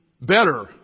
better